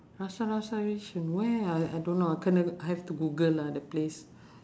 rasa rasa yishun where ah I don't know kind of I have to google lah the place